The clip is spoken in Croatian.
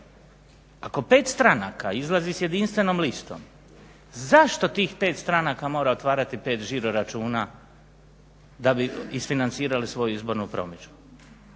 Ako pet stranaka izlazi s jedinstvenom listom zašto tih pet stranaka mora otvarati pet žiroračuna da bi isfinancirali svoju izbornu promidžbu?